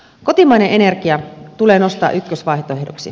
kotimainen energia tulee nostaa ykkösvaihtoehdoksi